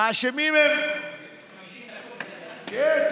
האשמים הם, 50 דקות, כן.